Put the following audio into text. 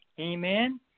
Amen